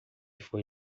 foi